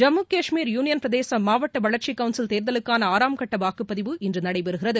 Jammu Kashmir union பிரதேச மாவட்ட வளர்ச்சி கவுன்சில் தேர்தலுக்கான ஆறாம்கட்ட வாக்குப்பதிவு இன்று நடைபெறுகிறது